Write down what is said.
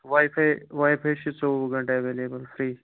واے فاے wifi چھُ ژووُہ گَنٹہٕ ایویلٕبٕل فِرٛی